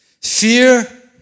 Fear